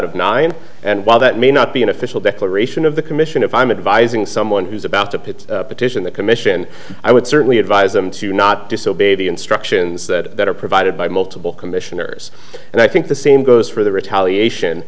of nine and while that may not be an official declaration of the commission if i'm advising someone who's about to petition the commission i would certainly advise them to not disobeyed the instructions that are provided by multiple commissioners and i think the same goes for the retaliation